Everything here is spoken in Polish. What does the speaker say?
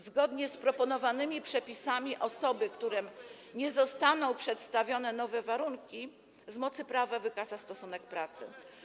Zgodnie z proponowanymi przepisami osobom, którym nie zostaną przedstawione nowe warunki, z mocy prawa wygasa stosunek pracy.